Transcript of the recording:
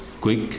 quick